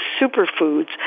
superfoods